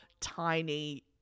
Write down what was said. tiny